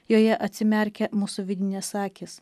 joje atsimerkia mūsų vidinės akys